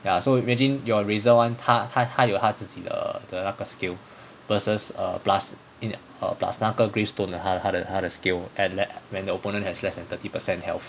ya so imagine your razor [one] 他 err 他有他自己的那个 skill versus a plus mm plus 那个 gravestone 他的他的他的 skill and then when the opponent has less than thirty percent health